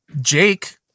jake